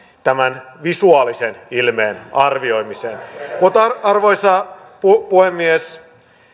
tämän visuaalisen ilmeen arvioimiseen arvoisa puhemies